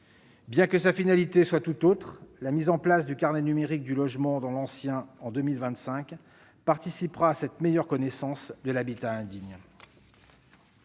Bien que sa finalité soit tout autre, la mise en place du carnet numérique du logement dans l'ancien en 2025 participera à cette meilleure connaissance de l'habitat indigne.